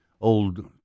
old